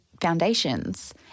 foundations